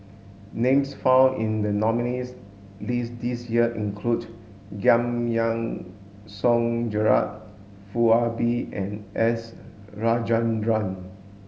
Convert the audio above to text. names found in the nominees' list this year include Giam Yean Song Gerald Foo Ah Bee and S Rajendran